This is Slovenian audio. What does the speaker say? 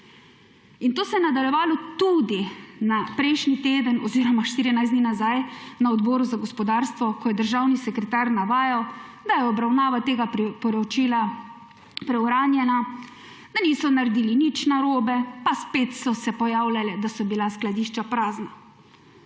In to se je nadaljevalo tudi prejšnji teden oziroma 14 dni nazaj na Odboru za gospodarstvo, ko je državni sekretar navajal, da je obravnava tega poročila preuranjena, da niso naredili nič narobe, pa spet se pojavljalo, da so bila skladišča prazna.